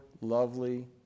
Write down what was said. lovely